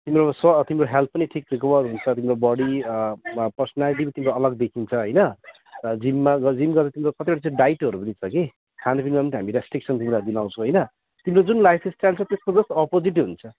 तिम्रो स्वा तिम्रो हेल्थ पनि ठिक रिकोभर हुन्छ तिम्रो बोडी वा पर्सनलिटी पनि तिम्रो अलग देखिन्छ होइन र जिममा जिम गर्दा तिम्रो कतिवटा डाइटहरू पनि छ के खानपिनुमा नि त हामी रेस्टिक होइन तिम्रो जुन लाइफस्टाइल त्यसको जस्ट अपोजिट हुन्छ